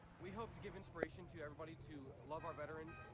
we hope to give inspiration to everybody to love our veterans.